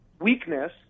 Weakness